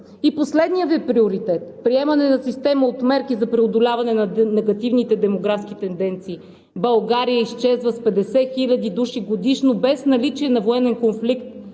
Последният Ви приоритет – приемане на система от мерки за преодоляване на негативните демографски тенденции. България изчезва с 50 хиляди души годишно без наличието на военен конфликт.